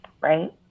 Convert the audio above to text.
Right